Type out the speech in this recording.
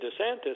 DeSantis